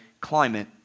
climate